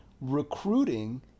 recruiting